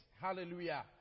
Hallelujah